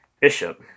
bishop